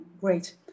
Great